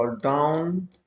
down